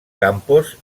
campos